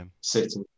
city